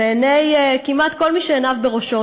בעיני כמעט כל מי שעיניו בראשו,